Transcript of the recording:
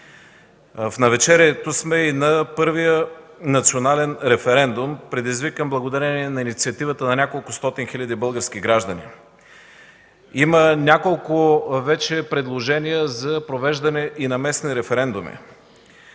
В навечерието сме и на първия национален референдум, предизвикан благодарение инициативата на неколкостотин хиляди български граждани. Вече има няколко предложения за провеждане и на местни референдуми.